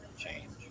change